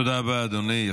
תודה רבה, אדוני.